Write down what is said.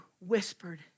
whispered